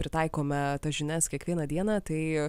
pritaikome tas žinias kiekvieną dieną tai